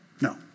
No